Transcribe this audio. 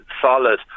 solid